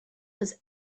was